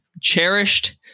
cherished